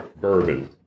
bourbon